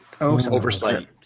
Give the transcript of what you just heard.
Oversight